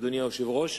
אדוני היושב-ראש,